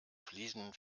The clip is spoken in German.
fliesen